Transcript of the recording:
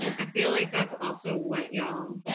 i feel like that's also what y'all,